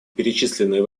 перечисленные